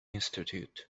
institute